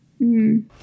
-hmm